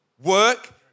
work